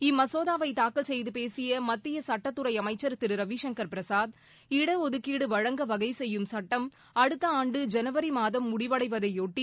இம்மசோதாவை தாக்கல் செய்து பேசிய மத்திய சுட்டத்துறை அமைச்சர் திரு ரவிசங்கர் பிரசாத் இடஒதுக்கீடு வழங்க வகை செய்யும் சட்டம் அடுத்த ஆண்டு ஜனவரி மாதம் முடிவடைவதையொட்டி